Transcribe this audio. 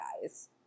guys